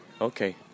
okay